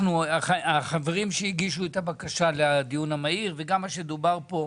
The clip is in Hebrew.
החברים שהגישו את הבקשה לדיון המהיר וגם מה שדובר פה,